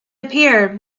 appeared